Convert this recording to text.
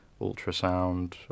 ultrasound